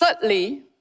Thirdly